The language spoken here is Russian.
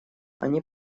они